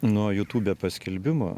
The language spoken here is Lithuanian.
nuo youtube paskelbimo